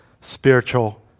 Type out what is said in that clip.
spiritual